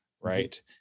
right